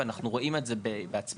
ואנחנו רואים את זה בעצמנו.